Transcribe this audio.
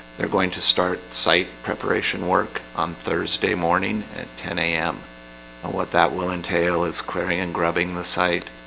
they're going to start site preparation work on thursday morning at ten zero a m and what that will entail is query and grubbing the site.